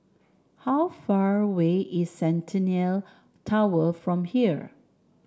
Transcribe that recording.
how far away is Centennial Tower from here